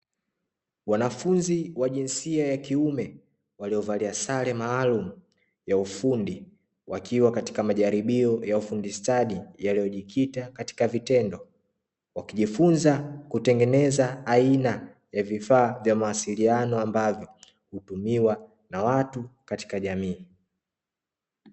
Wanafunzi wa jinsia ya kiume waliovalia sare maalumu ya ufundi, wakiwa katika majaribio ya ufundi stadi yaliyojikita katika vitendo. Wakijifunza kutengeneza aina ya vifaa vya mawasiliano ambavyo hutumiwa na watu katika jamii.